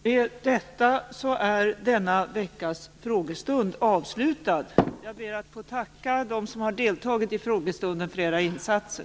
Med detta är denna veckas frågestund avslutad. Jag ber att få tacka er som har deltagit i frågestunden för era insatser.